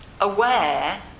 aware